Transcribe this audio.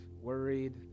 worried